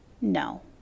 No